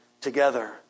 together